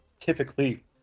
typically